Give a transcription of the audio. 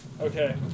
okay